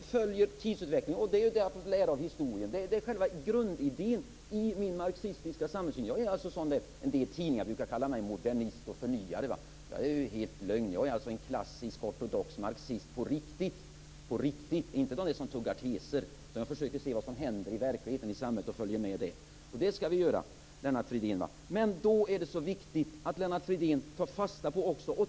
följer tidsutvecklingen. Det är det jag har fått lära av historien. Det är själva grundidén i min marxistiska samhällssyn. Jag är alltså sådan. En del tidningar brukar kalla mig modernist och förnyare. Det är lögn. Jag är en klassisk ortodox marxist på riktigt, inte en sådan som tuggar teser. Jag försöker se vad som händer i verkligheten i samhället och följer med det. Och det skall vi väl göra, Lennart Fridén. Men då är det så viktigt att Lennart Fridén också tar fasta på det.